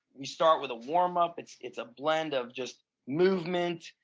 you start with a warm-up. it's it's a blend of just movement.